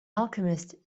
alchemist